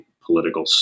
political